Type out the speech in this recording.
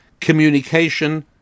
communication